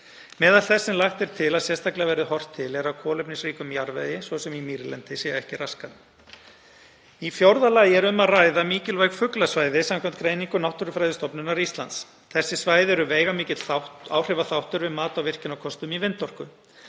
Meðal þess sem lagt er til að sérstaklega verði horft til er að kolefnisríkum jarðvegi, svo sem í mýrlendi, sé ekki raskað. Í fjórða lagi er um að ræða mikilvæg fuglasvæði samkvæmt greiningu Náttúrufræðistofnunar Íslands. Þessi svæði eru veigamikill áhrifaþáttur við mat á virkjunarkostum í vindorku.